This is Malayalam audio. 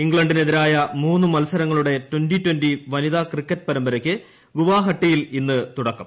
ഇംഗ്ലണ്ടിനെതിരായ മൂന്ന് മൽസരങ്ങളുടെ ട്വന്റി ട്വന്റി വനിതാ ക്രിക്കറ്റ് പരമ്പരയ്ക്ക് ഗുവാഹട്ടിയിൽ ഇന്ന് തുടക്കം